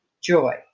joy